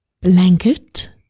blanket